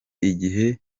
igihe